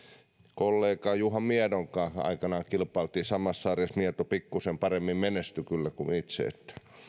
kollega juha miedon kanssa aikoinaan kilpailimme samassa sarjassa mieto pikkusen paremmin menestyi kyllä kuin itse